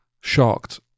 shocked